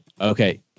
Okay